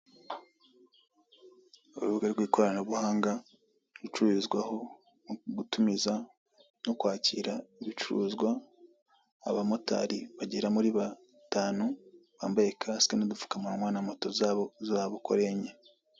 Urubuga rwikoranabuhanga rucururizwaho gutumiza no kwakira ibicuruzwa abamotari bagera muri batanu bambaye kasike nudupfukamunwa na moto zabo uko ari enye.